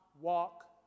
walk